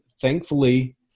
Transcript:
Thankfully